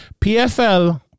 PFL